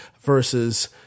versus